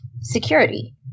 security